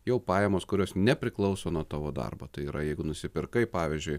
jau pajamos kurios nepriklauso nuo tavo darbo tai yra jeigu nusipirkai pavyzdžiui